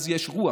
יש רוח.